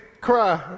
cry